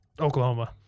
Oklahoma